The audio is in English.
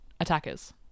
Attackers